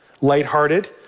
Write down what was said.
lighthearted